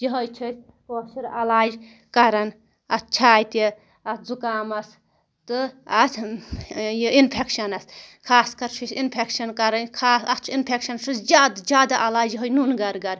یِہوے چھِ أسۍ کٲشُر علاج کران اَتھ چھاتہِ اَتھ زُکامَس تہٕ اَتھ یہِ اِنفیٚکشَنَس خاص کر چھِ أسۍ اِنفیٚکشَن کرٕنۍ خاص اَتھ چھُ اِنفیٚکشَنَس چھُ زیادٕ زیٛادٕ علاج یِہوے نوٗنہٕ گر گر